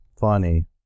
funny